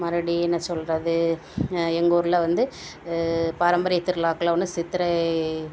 மறுபடி என்ன சொல்கிறது எங்கள் ஊரில் வந்து பாரம்பரிய திருவிழாக்கள்ல ஒன்று சித்திரை